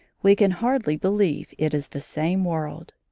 we can hardly believe it is the same world.